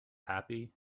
happy